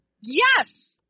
Yes